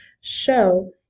show